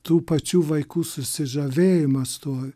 tų pačių vaikų susižavėjimas tuo